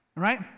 right